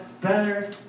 better